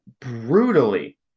brutally